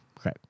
Okay